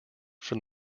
from